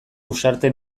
uxarte